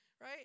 right